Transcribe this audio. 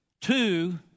two